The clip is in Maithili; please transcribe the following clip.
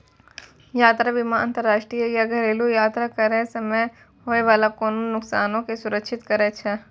यात्रा बीमा अंतरराष्ट्रीय या घरेलु यात्रा करै समय होय बाला कोनो नुकसानो के सुरक्षित करै छै